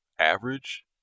average